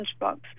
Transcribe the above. lunchbox